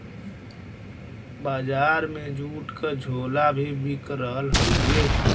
बजार में जूट क झोला भी बिक रहल हउवे